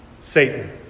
Satan